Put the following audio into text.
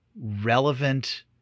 relevant